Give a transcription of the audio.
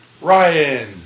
Ryan